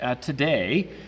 today